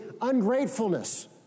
ungratefulness